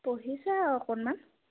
পঢ়িছে আৰু অকণমান